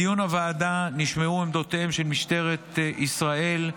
בדיון הוועדה נשמעו עמדותיהם של משטרת ישראל,